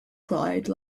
clyde